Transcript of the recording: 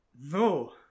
no